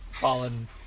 Fallen